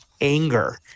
anger